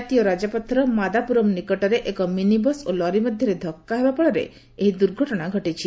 କାତୀୟ ରାଜପଥର ମାଦାପୁରମ ନିକଟରେ ଏକ ମିନିବସ୍ ଓ ଲରି ମଧ୍ୟରେ ଧକ୍କା ହେବା ଫଳରେ ଏହି ଦୂର୍ଘଟଣା ଘଟିଛି